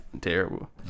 terrible